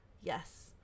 Yes